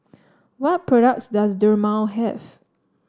what products does Dermale have